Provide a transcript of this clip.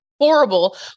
horrible